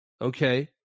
okay